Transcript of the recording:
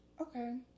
okay